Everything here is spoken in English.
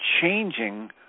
changing